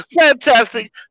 fantastic